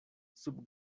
sub